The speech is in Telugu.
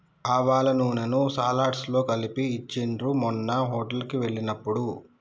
ఆవాల నూనెను సలాడ్స్ లో కలిపి ఇచ్చిండ్రు మొన్న మేము హోటల్ కి వెళ్ళినప్పుడు